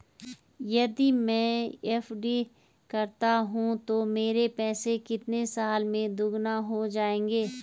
यदि मैं एफ.डी करता हूँ तो मेरे पैसे कितने साल में दोगुना हो जाएँगे?